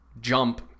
jump